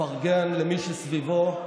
לפרגן למי שסביבו,